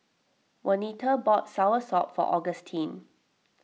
Wanita bought Soursop for Augustine